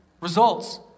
results